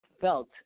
felt